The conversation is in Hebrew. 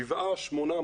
7-8,